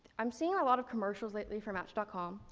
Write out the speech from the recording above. i'm seeing a lot of commercials lately for match so com.